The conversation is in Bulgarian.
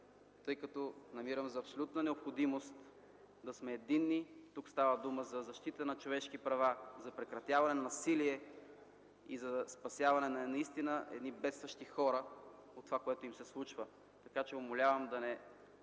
тъй като намирам за абсолютна необходимост да сме единни – тук става дума за защита на човешки права, за прекратяване на насилие и за спасяване наистина на бедстващи хора от това, което им се случва. Умолявам да се